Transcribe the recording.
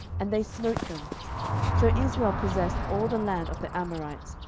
and they smote them so israel possessed all the land of the amorites,